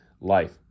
life